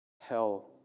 hell